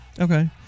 Okay